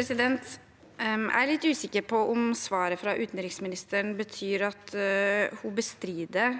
Jeg er litt usikker på om svaret fra utenriksministeren betyr at hun bestrider